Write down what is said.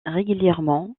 régulièrement